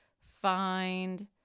find